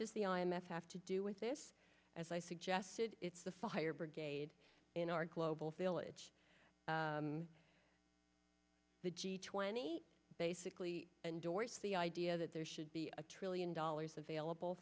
does the i m f have to do with this as i suggested it's the fire brigade in our global village the g twenty basically endorsed the idea that there should be a trillion dollars available